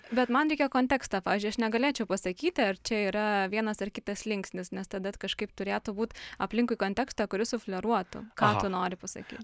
bet man reikia konteksto pavyzdžiui aš negalėčiau pasakyti ar čia yra vienas ar kitas linksnis nes tadat kažkaip turėtų būt aplinkui konteksto kuris sufleruotų ką tu nori pasakyt